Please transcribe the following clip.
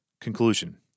Conclusion